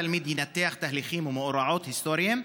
התלמיד ינתח תהליכים ומאורעות היסטוריים,